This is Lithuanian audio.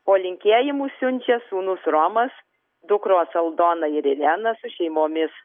o linkėjimus siunčia sūnus romas dukros aldona ir irena su šeimomis